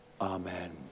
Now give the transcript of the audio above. Amen